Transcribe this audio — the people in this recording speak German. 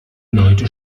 leute